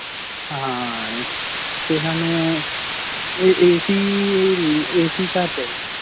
ਹਾਂ ਅਤੇ ਸਾਨੂੰ ਏ ਏਸੀ ਏਸੀ ਕਾਰ ਚਾਹੀਦੀ ਹੈ